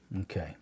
Okay